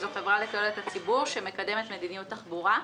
שהיא חברה לתועלת הציבור שמקדמת מדיניות תחבורה.